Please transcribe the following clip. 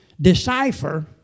decipher